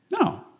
No